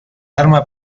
arma